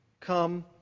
come